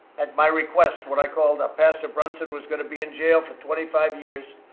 at my request, when i called up. pastor brunson was going to be in jail for twenty five years.